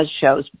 shows